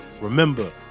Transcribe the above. Remember